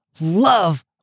love